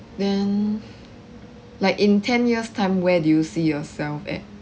then like in ten years time where do you see yourself at